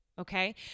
Okay